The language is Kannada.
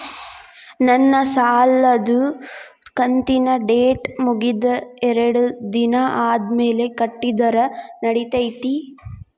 ನನ್ನ ಸಾಲದು ಕಂತಿನ ಡೇಟ್ ಮುಗಿದ ಎರಡು ದಿನ ಆದ್ಮೇಲೆ ಕಟ್ಟಿದರ ನಡಿತೈತಿ?